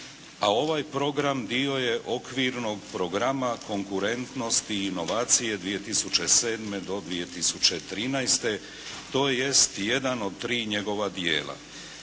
a ovaj program dio je okvirnog programa konkurentnosti i inovacije 2007. do 2013. tj. jedan od tri njegova dijela.